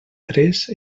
tres